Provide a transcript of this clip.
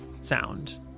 sound